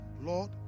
lord